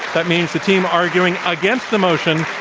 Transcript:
that means the team arguing against the motion,